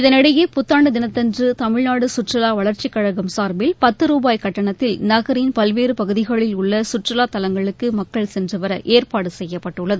இதனிடையே புத்தாண்டு தினத்தன்று தமிழ்நாடு சுற்றுவா வளர்ச்சிக் கழகம் சார்பில் பத்து ரூபாய் கட்டணத்தில் நகரின் பல்வேறு பகுதிகளில் உள்ள சுற்றுலாத் தலங்களுக்கு மக்கள் சென்றுவர ஏற்பாடு செய்யப்பட்டுள்ளது